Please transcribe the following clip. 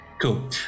Cool